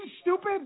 stupid